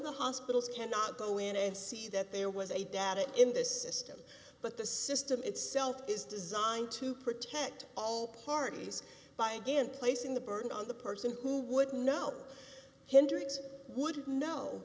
no hospitals cannot go in and see that there was a data in the system but the system itself is designed to protect all parties by again placing the burden on the person who would know hinder it would know